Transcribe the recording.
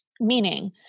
Meaning